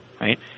right